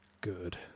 Good